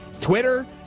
Twitter